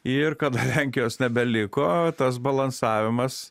ir kada lenkijos nebeliko tas balansavimas